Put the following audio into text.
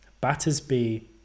Battersby